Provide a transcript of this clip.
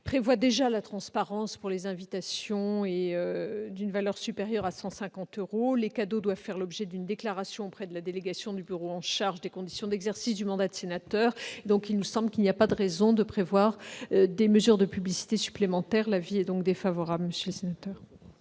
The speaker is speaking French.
prévoit déjà la transparence pour les invitations d'une valeur supérieure à 150 euros. Les cadeaux doivent faire l'objet d'une déclaration auprès de la délégation du bureau en charge des conditions d'exercice du mandat de sénateur. Il n'y a donc pas de raison de prévoir des mesures de publicité supplémentaires. Le Gouvernement émet